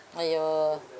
!aiyo!